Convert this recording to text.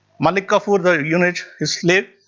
malik kafur the eunuch slave,